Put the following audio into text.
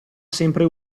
sempre